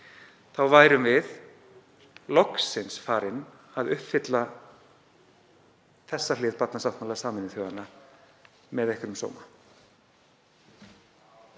þá værum við loksins farin að uppfylla þessa hlið barnasáttmála Sameinuðu þjóðanna með einhverjum sóma.